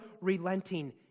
relenting